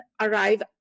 arrive